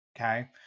Okay